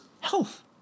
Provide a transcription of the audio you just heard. health